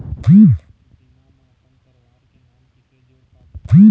बीमा म अपन परवार के नाम किसे जोड़ पाबो?